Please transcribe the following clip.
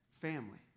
family